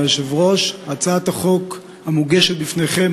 הצעת החוק המוגשת בפניכם,